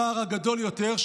הפער הגדול יותר,